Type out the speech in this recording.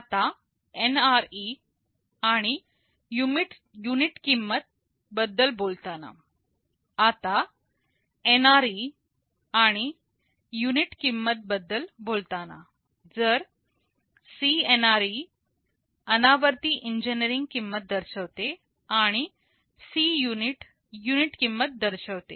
आता NRE आणि unit किंमती बद्दल बोलताना जर CNRE अनावर्ती इंजिनिअरिंग किंमत दर्शविते आणि Cunit युनिट किंमत दर्शविते